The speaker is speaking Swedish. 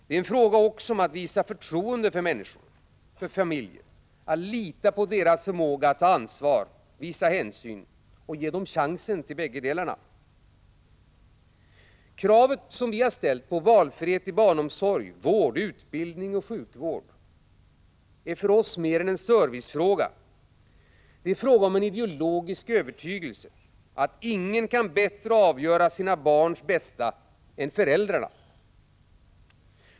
Det är också en fråga om att visa förtroende för människor och familjer, att lita på deras förmåga att ta ansvar och visa hänsyn och ge dem chansen till bägge delarna. Kravet som vi har ställt på valfrihet i barnomsorg, vård, utbildning och sjukvård är för oss mer än en servicefråga, det är en fråga om ideologisk övertygelse att ingen bättre kan avgöra sina barns bästa än föräldrarna.